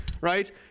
Right